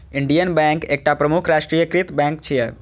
Indian bank एकटा प्रमुख राष्ट्रीयकृत बैंक छियै